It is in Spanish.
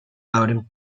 abren